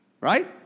right